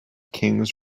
kings